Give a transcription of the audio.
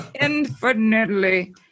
infinitely